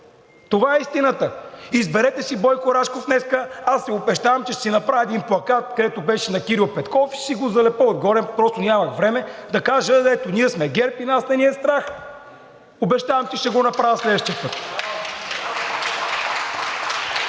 Това е истината. Изберете си Бойко Рашков днес, а аз Ви обещавам, че ще си направя един плакат, какъвто беше на Кирил Петков, ще си го залепя отгоре – просто нямах време, за да кажа: „Ето ние сме ГЕРБ и нас не ни е страх!“ Обещавам, че ще го направя следващия път.